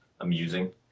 amusing